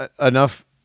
enough